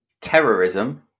terrorism